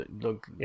Look